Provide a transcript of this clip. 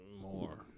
more